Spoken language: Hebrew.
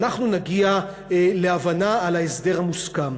ואנחנו נגיע להבנה על הסדר מוסכם.